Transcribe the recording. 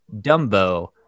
Dumbo